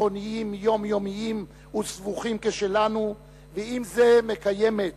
ביטחוניים יומיומיים וסבוכים כשלנו, ועם זה מקיימת